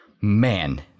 man